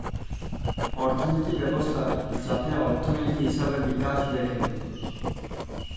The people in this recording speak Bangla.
অর্থলিতি ব্যবস্থা যাতে অর্থলিতি, হিসেবে মিকেশ দ্যাখে